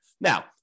Now